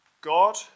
God